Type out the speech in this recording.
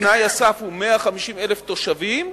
תנאי הסף הוא 150,000 תושבים,